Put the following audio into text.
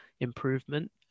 improvement